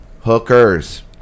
hookers